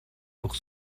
pour